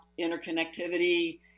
interconnectivity